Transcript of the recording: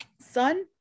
son